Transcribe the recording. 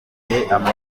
amahitamo